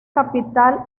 capital